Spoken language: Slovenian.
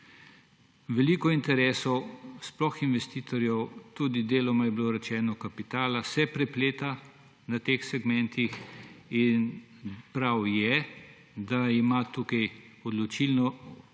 Veliko interesov, sploh investitorjev, tudi deloma je bilo rečeno kapitala, se prepleta na teh segmentih in prav je, da ima tukaj odločilno